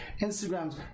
Instagrams